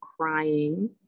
crying